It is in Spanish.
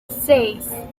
seis